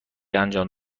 انجام